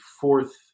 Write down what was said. fourth